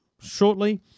shortly